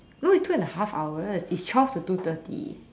no it's two and a half hours it's twelve to two thirty